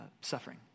suffering